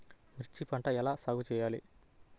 మిర్చి పంట ఎలా సాగు చేయాలి?